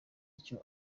icyo